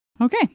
Okay